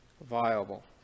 Viable